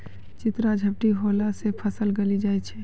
चित्रा झपटी होला से फसल गली जाय छै?